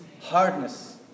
hardness